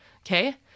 Okay